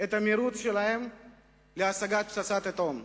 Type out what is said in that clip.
את המירוץ שלהם להשגת פצצת אטום.